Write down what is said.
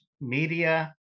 Media